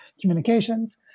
communications